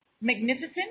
Magnificent